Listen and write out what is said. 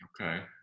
Okay